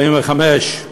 1945,